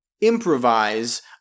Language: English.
improvise